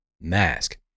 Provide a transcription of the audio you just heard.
mask